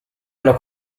hanno